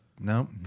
no